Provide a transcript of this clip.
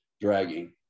dragging